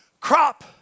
crop